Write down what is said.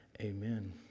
Amen